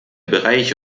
bereich